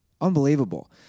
Unbelievable